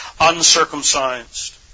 uncircumcised